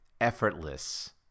effortless